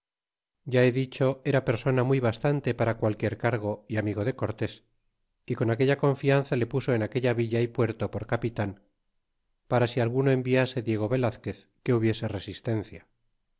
ya he dicho era persona muy bastante para qualquier cargo y amigo de cortés y con aquella confianza le puso en aquella villa y puerto por capitan para si algo enviase diego velazquez que hubiese resistencia